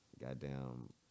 Goddamn